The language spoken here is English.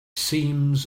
seems